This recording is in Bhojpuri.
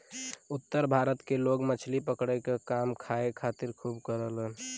उत्तर भारत के लोग मछली पकड़े क काम खाए खातिर खूब करलन